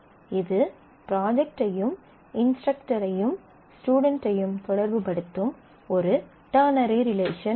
இது ப்ராஜெக்ட்டையும் இன்ஸ்ட்ரக்டரையும் ஸ்டுடென்ட்டையும் தொடர்புபடுத்தும் ஒரு டெர்னரி ரிலேஷன் ஆகும்